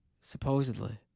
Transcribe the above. Supposedly